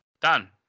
Done